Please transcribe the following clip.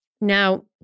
Now